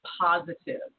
positive